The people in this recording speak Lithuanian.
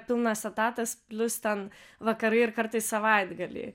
pilnas etatas plius ten vakarai ir kartais savaitgaliai